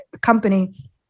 company